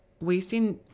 wasting